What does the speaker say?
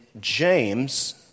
James